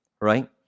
right